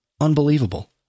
Unbelievable